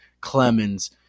Clemens